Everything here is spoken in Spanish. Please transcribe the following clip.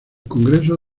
congreso